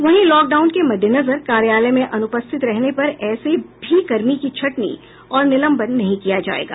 वहीं लॉकडाउन के मद्देनजर कार्यालय में अनुपस्थित रहने पर ऐसे किसी भी कर्मी की छटनी और निलंबन नहीं किया जायेगा